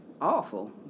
awful